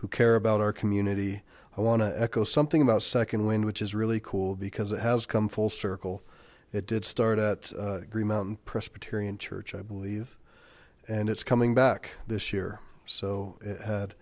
who care about our community i want to echo something about second wind which is really cool because it has come full circle it did start at green mountain presbyterian church i believe and it's coming back this year so it had